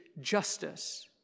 justice